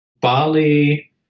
Bali